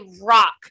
rock